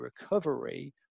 recovery